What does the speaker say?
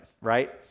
right